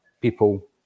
people